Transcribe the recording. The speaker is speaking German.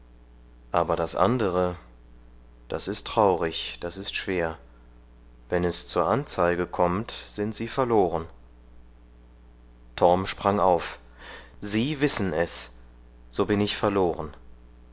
aber das andere das ist traurig das ist schwer wenn es zur anzeige kommt sind sie verloren torm sprang auf sie wissen es so bin ich verloren